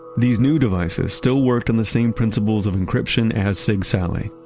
these new devices still worked on the same principles of encryption as sigsaly,